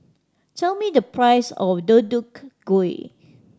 tell me the price of Deodeok Gui